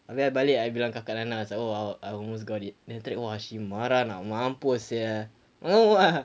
habis bila balik I bilang kakak then I was like oh I I I almost got it then after that she marah ah mampus sia no ah